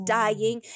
dying